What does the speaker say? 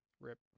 rip